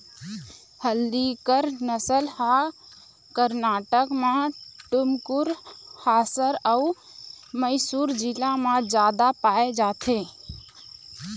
हल्लीकर नसल ह करनाटक म टुमकुर, हासर अउ मइसुर जिला म जादा पाए जाथे